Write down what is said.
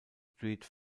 street